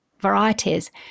varieties